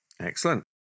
excellent